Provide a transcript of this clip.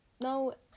no